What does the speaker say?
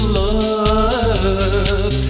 love